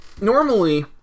normally